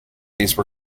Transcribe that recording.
these